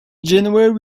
janeway